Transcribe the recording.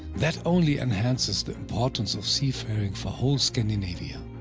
that only enhances the importance of seafaring for whole scandinavia.